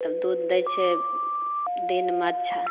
तब दूध दै छै दिनमे अच्छा